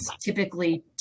typically